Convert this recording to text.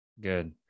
good